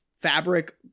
fabric